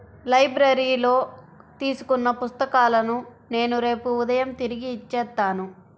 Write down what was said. లైబ్రరీలో తీసుకున్న పుస్తకాలను నేను రేపు ఉదయం తిరిగి ఇచ్చేత్తాను